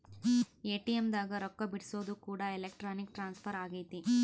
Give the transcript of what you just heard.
ATM ದಾಗ ರೊಕ್ಕ ಬಿಡ್ಸೊದು ಕೂಡ ಎಲೆಕ್ಟ್ರಾನಿಕ್ ಟ್ರಾನ್ಸ್ಫರ್ ಅಗೈತೆ